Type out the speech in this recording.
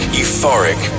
euphoric